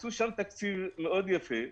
הקצו שם תקציב יפה מאוד,